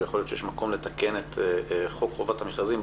ויכול להיות שיש מקום לתקן את חוק חובת המכרזים.